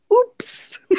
Oops